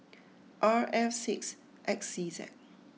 R F six X C Z